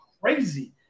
crazy